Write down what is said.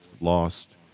lost